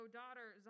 daughter